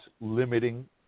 limiting